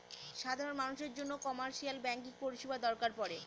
সাধারন মানুষের জন্য কমার্শিয়াল ব্যাঙ্কিং পরিষেবা দরকার পরে